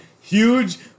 huge